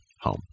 home